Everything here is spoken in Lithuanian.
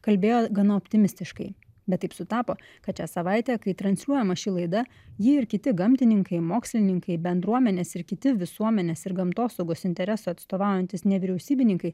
kalbėjo gana optimistiškai bet taip sutapo kad šią savaitę kai transliuojama ši laida ji ir kiti gamtininkai mokslininkai bendruomenės ir kiti visuomenės ir gamtosaugos interesą atstovaujantys nevyriausybininkai